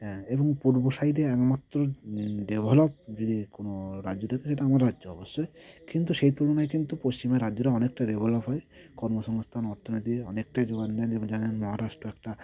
হ্যাঁ এবং পূর্ব সাইডে একমাত্র ডেভেলপ যদি কোনো রাজ্য থাকে সেটা আমার রাজ্য অবশ্যই কিন্তু সেই তুলনায় কিন্তু পশ্চিমের রাজ্যটা অনেকটা ডেভেলপ হয় কর্মসংস্থান অর্থনীতি অনেকটাই যোগান দেন এবং জানেন মহারাষ্ট্র একটা